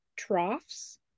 troughs